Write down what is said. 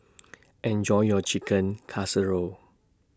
Enjoy your Chicken Casserole